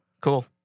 Cool